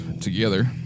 together